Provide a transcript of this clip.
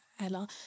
Ella